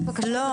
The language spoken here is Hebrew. מבקשת,